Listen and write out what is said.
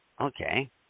okay